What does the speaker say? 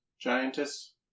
giantess